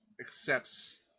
accepts